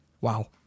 Wow